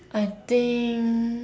I think